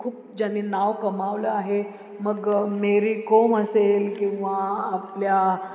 खूप ज्यानी नाव कमावलं आहे मग मेरी कोम असेल किंवा आपल्या